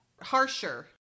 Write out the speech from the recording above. harsher